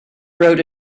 rode